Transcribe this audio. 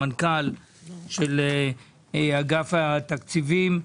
- אל תשחקו לידיים שלהם.